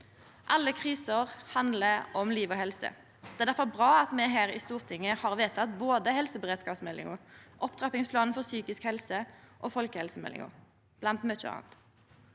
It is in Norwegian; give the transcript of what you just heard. Alle kriser handlar om liv og helse. Det er difor bra at me her i Stortinget har vedteke både helseberedskapsmeldinga, opptrappingsplanen for psykisk helse og folkehelsemeldinga, blant mykje anna.